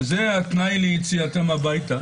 וזה התנאי ליציאתם הביתה.